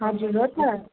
हजुर हो त